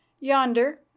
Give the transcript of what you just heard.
yonder